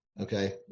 okay